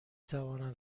توانم